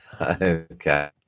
Okay